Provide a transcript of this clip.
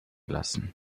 lassen